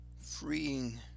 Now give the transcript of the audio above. freeing